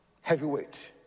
heavyweight